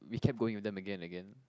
we kept going with them again and again